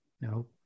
No